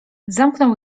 zamknął